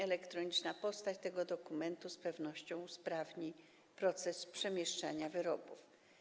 Elektroniczna postać tego dokumentu z pewnością usprawni proces przemieszczania wyrobów.